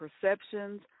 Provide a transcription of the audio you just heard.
perceptions